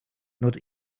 not